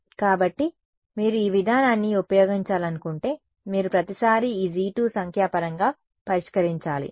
కాబట్టి మీరు ఈ విధానాన్ని ఉపయోగించాలనుకుంటే మీరు ప్రతిసారీ ఈ G2 సంఖ్యాపరంగా పరిష్కరించాలి